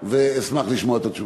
ואשמח לשמוע את התשובה.